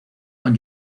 con